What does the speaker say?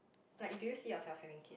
like do you see yourself having kid